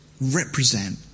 represent